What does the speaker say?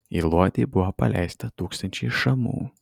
į luodį buvo paleista tūkstančiai šamų